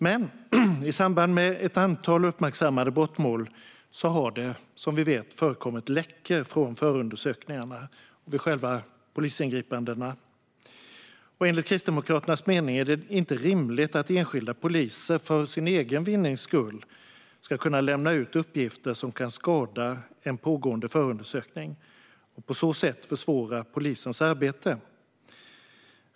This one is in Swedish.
Men i samband med ett antal uppmärksammade brottmål har det, som vi vet, förekommit läckor från förundersökningarna och själva polisingripandena. Enligt Kristdemokraternas mening är det inte rimligt att enskilda poliser för egen vinnings skull ska kunna lämna ut uppgifter som kan skada en pågående förundersökning och på så sätt försvåra polisens arbete.